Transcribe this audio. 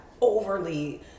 overly